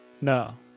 No